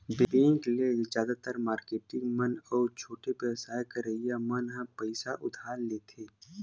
bank ले जादातर marketing मन अउ छोटे बेवसाय करइया मन ह पइसा उधार लेथे